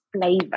flavor